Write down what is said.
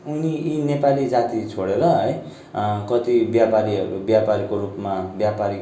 उनी यी नेपाली जाति छोडेर है कति व्यापारीहरू व्यापारको रूपमा व्यापारी